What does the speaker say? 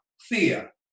fear